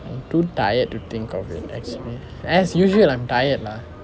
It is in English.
I'm too tired to think of it actually as usual I'm tired lah